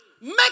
Make